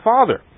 Father